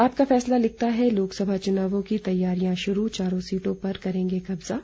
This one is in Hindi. आपका फैसला लिखता है लोकसभा चुनावों को तैयारियां शुरू चारों सीटों पर करेंगे कब्जा